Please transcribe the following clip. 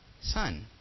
son